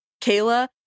Kayla